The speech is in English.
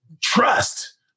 trust